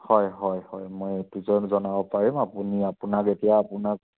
হয় হয় হয় মই এইটো জনাব পাৰিম আপুনি আপোনাৰ যেতিয়া আপোনাৰ